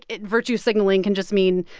it virtue signaling can just mean,